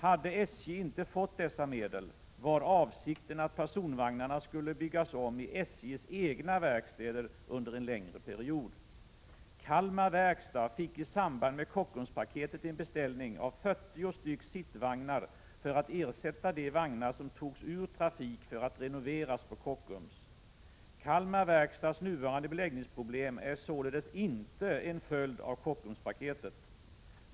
Hade SJ inte fått dessa medel, var avsikten att personvagnarna skulle byggas om i SJ:s egna verkstäder under en längre period. Kalmar Verkstad fick i samband med Kockumspaketet en beställning av 40 sittvagnar för att ersätta de vagnar som togs ur trafik för att renoveras på Kockums. Kalmar Verkstads nuvarande beläggningsproblem är således inte en följd av Kockumspaketet.